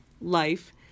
Life